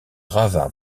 ravin